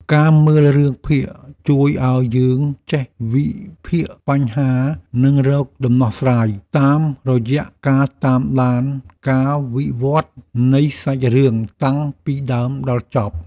ការមើលរឿងភាគជួយឱ្យយើងចេះវិភាគបញ្ហានិងរកដំណោះស្រាយតាមរយៈការតាមដានការវិវត្តនៃសាច់រឿងតាំងពីដើមដល់ចប់។